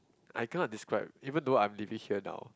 I cannot describe even though I'm living here now